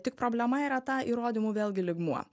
tik problema yra ta įrodymų vėlgi lygmuo